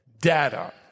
data